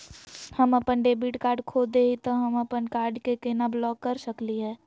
हम अपन debit card खो दे ही, त हम अप्पन कार्ड के केना ब्लॉक कर सकली हे?